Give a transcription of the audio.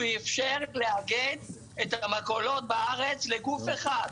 אפשר לעגן את המכולות בארץ לגוף אחד.